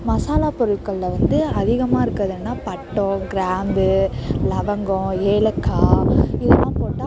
மசாலா பொருட்கள்ல வந்து அதிகமாக இருக்கிறது என்னன்னா பட்டம் கிராம்பு லவங்கம் ஏலக்காய் இதெல்லாம் போட்டால்